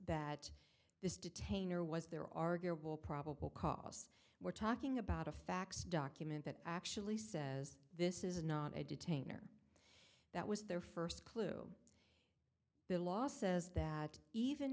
that this detainer was there arguable probable cause we're talking about a fax document that actually says this is not a detainer that was their first clue the law says that even